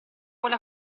vuole